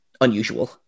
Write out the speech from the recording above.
unusual